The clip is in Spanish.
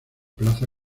plaza